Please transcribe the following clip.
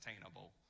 attainable